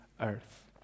earth